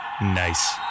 Nice